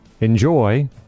enjoy